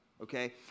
okay